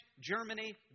Germany